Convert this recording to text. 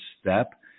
step